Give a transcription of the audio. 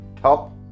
top